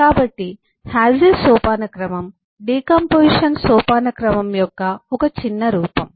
కాబట్టి హాస్ ఏ సోపానక్రమం డికాంపొజిషన్ సోపానక్రమం యొక్క ఒక చిన్న రూపం